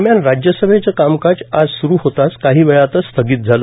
दरम्यान राज्यसभेचं कामकाज आज स्वरू होताच काही वेळतच स्थगित झालं